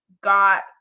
got